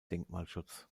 denkmalschutz